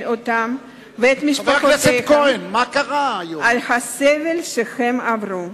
אותם ואת משפחותיהם על הסבל שהם עברו,